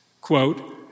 Quote